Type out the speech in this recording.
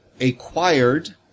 acquired